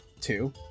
two